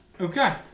Okay